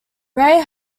ray